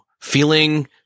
feeling